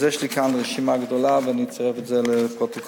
יש לי כאן רשימה גדולה ואני אצרף את זה לפרוטוקול.